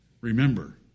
Remember